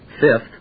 Fifth